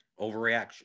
Overreaction